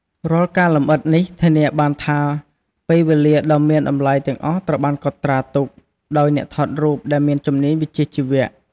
រាល់ការលម្អិតនេះ ធានាបានថាពេលវេលាដ៏មានតម្លៃទាំងអស់ត្រូវបានកត់ត្រាទុក ដោយអ្នកថតរូបដែលមានជំនាញវិជ្ជាជីវៈ។